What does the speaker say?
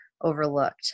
overlooked